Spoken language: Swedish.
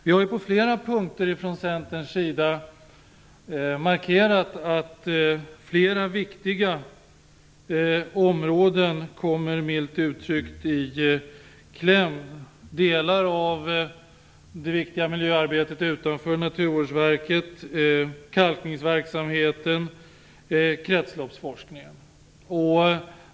Vi har på flera punkter från Centerns sida markerat att flera viktiga områden milt uttryckt kommer i kläm, som delar av det viktiga miljöarbetet utanför Naturvårdsverket, kalkningsverksamheten, kretsloppsforskningen.